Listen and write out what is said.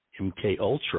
MKUltra